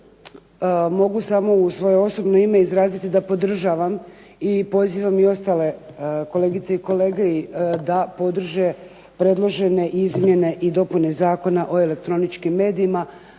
mogu samo u svoje osobno ime izraziti da podržavam i pozivam i ostale kolegice i kolege da podrže predložene izmjene i dopune Zakona o elektroničkim medijima